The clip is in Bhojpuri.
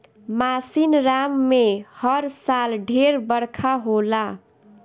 मासिनराम में हर साल ढेर बरखा होला